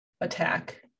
attack